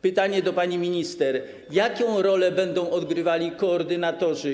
Pytanie do pani minister: Jaką rolę będą odgrywali koordynatorzy?